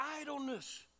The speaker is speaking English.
idleness